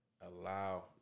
Allow